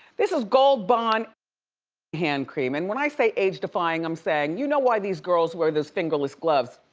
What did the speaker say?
this is gold bond hand cream, and when i say age defying, i'm saying you know why these girls wear those fingerless gloves,